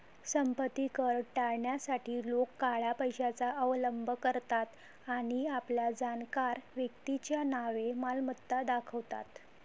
संपत्ती कर टाळण्यासाठी लोक काळ्या पैशाचा अवलंब करतात आणि आपल्या जाणकार व्यक्तीच्या नावे मालमत्ता दाखवतात